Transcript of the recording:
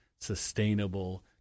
sustainable